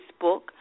Facebook